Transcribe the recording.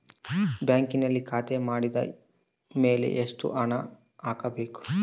ಬ್ಯಾಂಕಿನಲ್ಲಿ ಖಾತೆ ಮಾಡಿದ ಮೇಲೆ ಎಷ್ಟು ಹಣ ಹಾಕಬೇಕು?